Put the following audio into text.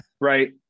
Right